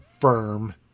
firm